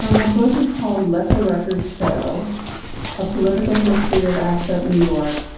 my book is called let the record show a political history of act up new york,